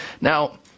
Now